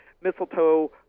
mistletoe